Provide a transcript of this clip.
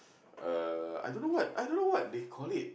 uh I don't know what I don't know what they call it